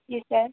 जी sir